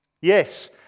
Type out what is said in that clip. Yes